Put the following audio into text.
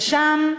ושם,